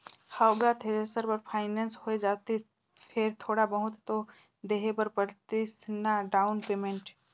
हव गा थेरेसर बर फाइनेंस होए जातिस फेर थोड़ा बहुत तो देहे बर परतिस ना डाउन पेमेंट